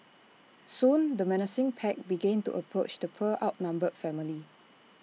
soon the menacing pack began to approach the poor outnumbered family